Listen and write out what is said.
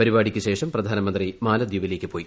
പരിപാടിയ്ക്കു ശേഷം പ്രധാനമന്ത്രി മാലദ്വീപിലേക്ക് പോയി